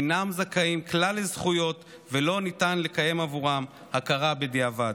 אינם זכאים כלל לזכויות ולא ניתן לקיים עבורם הכרה בדיעבד.